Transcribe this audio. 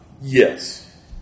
Yes